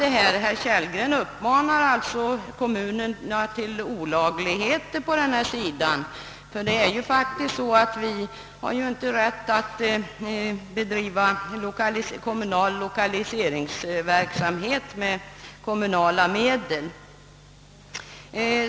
Herr Kellgren uppmanar alltså kommunerna till olagligheter i detta avseende. Vi har faktiskt inte rätt att bedriva kommunal 1okaliseringsverksamhet med kommunala medel.